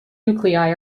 nuclei